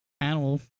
animal